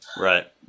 Right